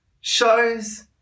shows